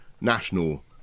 national